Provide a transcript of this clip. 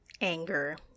anger